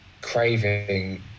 craving